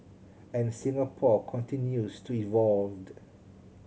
and Singapore continues to evolve